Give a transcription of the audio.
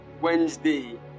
Wednesday